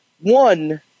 One